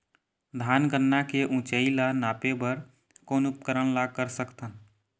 धान गन्ना के ऊंचाई ला नापे बर कोन उपकरण ला कर सकथन?